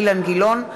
אילן גילאון,